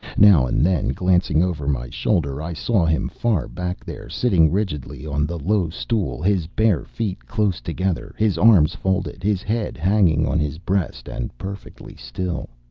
now and then, glancing over my shoulder, i saw him far back there, sitting rigidly on the low stool, his bare feet close together, his arms folded, his head hanging on his breast and perfectly still.